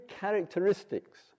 characteristics